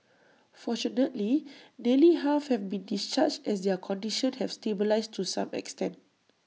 fortunately nearly half have been discharged as their condition have stabilised to some extent